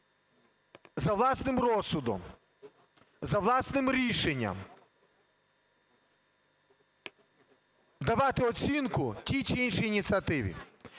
за власним розсудом, за власним рішенням давати оцінку тій чи іншій ініціативі.